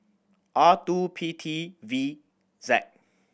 R two P T V Z